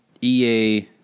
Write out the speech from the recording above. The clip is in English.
EA